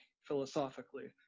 philosophically